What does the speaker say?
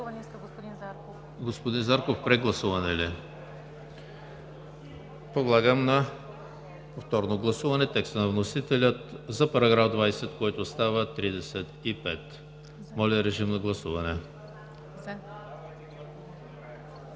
Моля, режим на гласуване